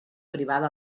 privada